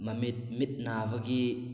ꯃꯃꯤꯠ ꯃꯤꯠ ꯅꯥꯕꯒꯤ